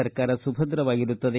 ಸರಕಾರ ಸುಭದ್ರವಾಗಿರುತ್ತದೆ